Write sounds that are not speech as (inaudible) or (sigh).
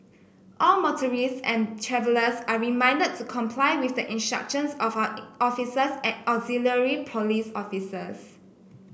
all motorists and travellers are reminded to comply with the (unintelligible) of our officers and auxiliary police officers